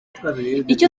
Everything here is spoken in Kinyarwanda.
icyo